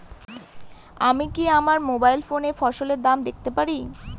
আমি কি আমার মোবাইল ফোনে ফসলের দাম দেখতে পারি?